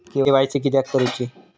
KYC किदयाक करूची?